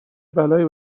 بلایی